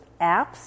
apps